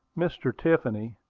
mr. tiffany,